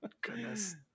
goodness